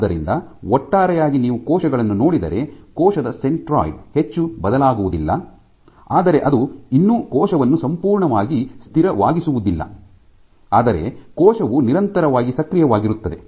ಆದ್ದರಿಂದ ಒಟ್ಟಾರೆಯಾಗಿ ನೀವು ಕೋಶಗಳನ್ನು ನೋಡಿದರೆ ಕೋಶದ ಸೆಂಟ್ರಾಯ್ಡ್ ಹೆಚ್ಚು ಬದಲಾಗುವುದಿಲ್ಲ ಆದರೆ ಅದು ಇನ್ನೂ ಕೋಶವನ್ನು ಸಂಪೂರ್ಣವಾಗಿ ಸ್ಥಿರವಾಗಿಸುವುದಿಲ್ಲ ಆದರೆ ಕೋಶವು ನಿರಂತರವಾಗಿ ಸಕ್ರಿಯವಾಗಿರುತ್ತದೆ